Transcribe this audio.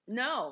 no